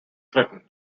threatened